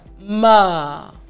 ma